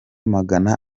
magana